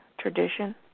tradition